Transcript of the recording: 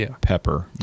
pepper